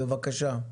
בבקשה.